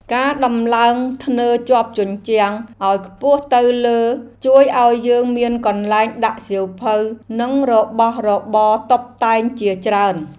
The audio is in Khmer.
ការដំឡើងធ្នើរជាប់ជញ្ជាំងឱ្យខ្ពស់ទៅលើជួយឱ្យយើងមានកន្លែងដាក់សៀវភៅនិងរបស់របរតុបតែងជាច្រើន។